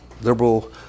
liberal